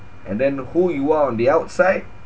and then who you are on the outside